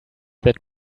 that